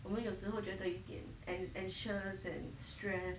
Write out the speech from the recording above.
我们有时候觉得一点 an anxious and stress